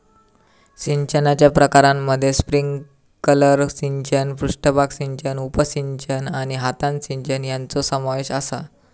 सिंचनाच्या प्रकारांमध्ये स्प्रिंकलर सिंचन, पृष्ठभाग सिंचन, उपसिंचन आणि हातान सिंचन यांचो समावेश आसा